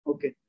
Okay